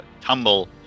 tumble